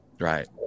Right